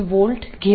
7V घेऊ